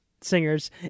singers